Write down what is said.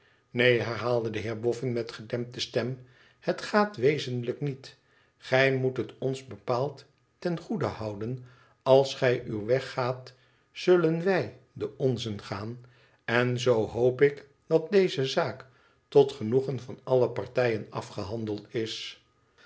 neen herhaalde de heer bofn met gedempte stem het gaat wezenlijk niet gij moet het ons bepaald ten goede houden als gij uw weg gaat zullen wij den onzen gaan en zoo hoop ik dat deze zaak tot genoegen van alle partijen afgehandeld is